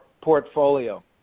portfolio